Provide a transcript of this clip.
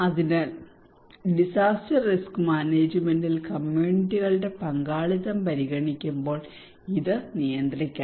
അതിനാൽ disaster risk മാനേജ്മെന്റിൽ കമ്മ്യൂണിറ്റികളുടെ പങ്കാളിത്തം പരിഗണിക്കുമ്പോൾ ഇത് നിയന്ത്രിക്കണം